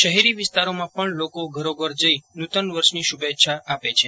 શહેરી વિસ્તારોમાં પણ લોકો ઘરોઘર જઈ નુતન વર્ષની શુભેચ્છા આપે છે